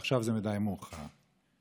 ועכשיו זה מאוחר מדי.